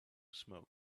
smoke